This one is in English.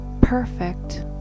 perfect